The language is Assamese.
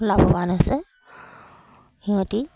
লাভৱান হৈছে সিহঁতি